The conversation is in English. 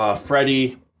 Freddie